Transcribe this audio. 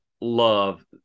love